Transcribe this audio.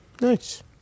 Nice